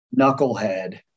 knucklehead